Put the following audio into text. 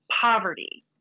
poverty